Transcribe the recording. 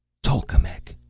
tolkemec!